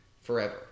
forever